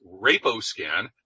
RapoScan